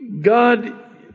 God